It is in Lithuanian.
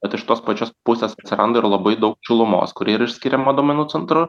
bet iš tos pačios pusės atsiranda ir labai daug šilumos kuri yra išskiriama duomenų centrų